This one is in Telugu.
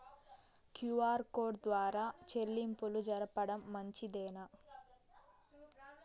క్యు.ఆర్ కోడ్ ద్వారా చెల్లింపులు జరపడం మంచిదేనా?